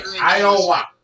Iowa